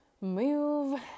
move